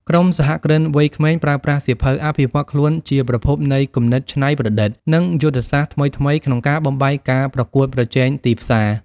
ក្រុមសហគ្រិនវ័យក្មេង ប្រើប្រាស់សៀវភៅអភិវឌ្ឍខ្លួនជាប្រភពនៃគំនិតច្នៃប្រឌិត និងយុទ្ធសាស្ត្រថ្មីៗក្នុងការបំបែកការប្រកួតប្រជែងទីផ្សារ។